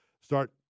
start